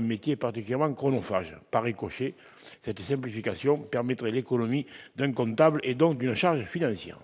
mais particulièrement chronophage Paris coché cette simplification permettrait l'colonies d'une comptable et donc d'une charge financière.